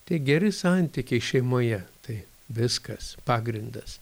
tie geri santykiai šeimoje tai viskas pagrindas